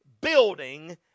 building